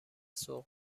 سوق